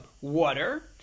water